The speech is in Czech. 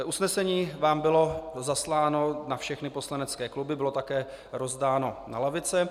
Usnesení vám bylo zasláno na všechny poslanecké kluby, bylo také rozdáno na lavice.